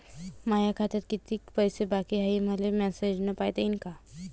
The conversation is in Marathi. माया खात्यात कितीक बाकी हाय, हे मले मेसेजन पायता येईन का?